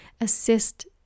assist